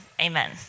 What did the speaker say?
Amen